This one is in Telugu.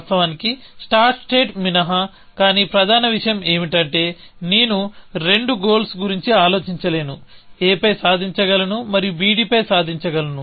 వాస్తవానికి స్టార్ట్ స్టేట్ మినహా కానీ ప్రధాన విషయం ఏమిటంటే నేను రెండు గోల్స్ గురించి ఆలోచించలేను ab పై సాధించగలను మరియు bd పై సాధించగలను